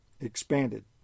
expanded